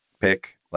pick